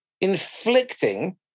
inflicting